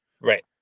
Right